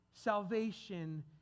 Salvation